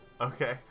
Okay